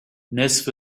نصف